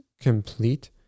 complete